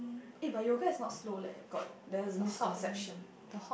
eh but yoga is not slow leh got there is misconception